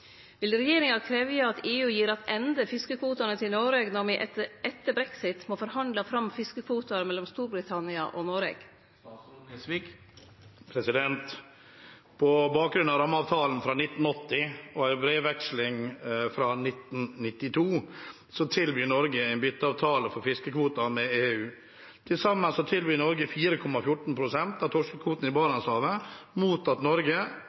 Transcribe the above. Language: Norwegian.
Vil regjeringa krevje at EU gir attende fiskekvotene til Noreg når vi etter Brexit må forhandle fram fiskekvoter mellom Storbritannia og Noreg?» På bakgrunn av rammeavtalen fra 1980 og brevveksling fra 1992 tilbyr Norge en bytteavtale for fiskekvoter med EU. Til sammen tilbyr Norge 4,14 pst. av torskekvotene i Barentshavet mot at Norge